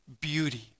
beauty